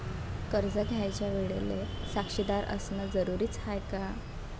कर्ज घ्यायच्या वेळेले साक्षीदार असनं जरुरीच हाय का?